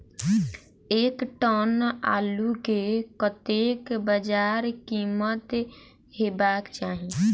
एक टन आलु केँ कतेक बजार कीमत हेबाक चाहि?